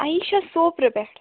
عایشَہ سوپرٕ پٮ۪ٹھ